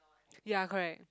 ya correct